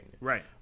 right